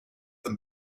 them